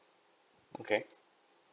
okay